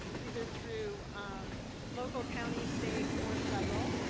either through local county state or federal.